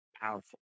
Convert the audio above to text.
Powerful